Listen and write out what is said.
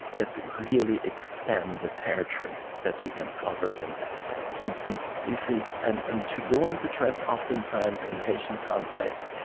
it really expand the territory that you can cover in that sense mm-hmm you see and and to go into trance oftentimes in the haitian context,